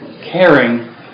caring